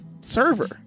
server